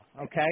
okay